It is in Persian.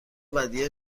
ودیعه